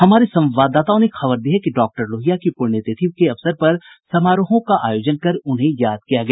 हमारे संवाददाताओं ने खबर दी है कि डॉक्टर लोहिया की पुण्यतिथि के अवसर पर समारोहों का आयोजन कर उन्हें याद किया गया